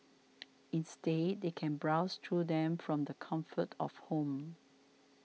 instead they can browse through them from the comfort of home